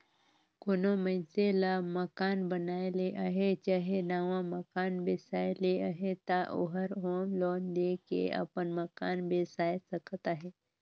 कोनो मइनसे ल मकान बनाए ले अहे चहे नावा मकान बेसाए ले अहे ता ओहर होम लोन लेके अपन मकान बेसाए सकत अहे